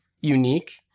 unique